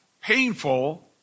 painful